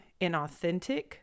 inauthentic